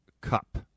Cup